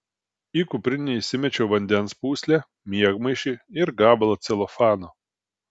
į kuprinę įsimečiau vandens pūslę miegmaišį ir gabalą celofano